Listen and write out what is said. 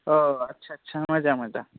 अ आटसा आटसा मोजां मोजां